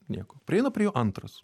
nieko prieina prie jo antras